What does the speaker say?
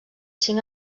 cinc